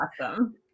awesome